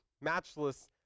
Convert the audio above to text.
matchless